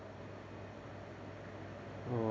oh